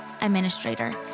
administrator